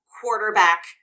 quarterback